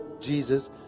Jesus